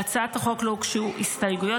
להצעת החוק לא הוגשו הסתייגויות,